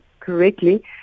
correctly